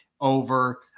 over